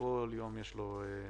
כל יום יש לו משמעות.